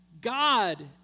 God